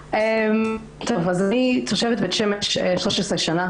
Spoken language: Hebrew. אני תושבת בית שמש 13 שנים